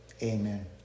Amen